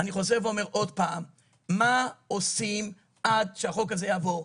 אני חוזר ואומר עוד פעם - מה עושים עד שהחוק הזה יעבור?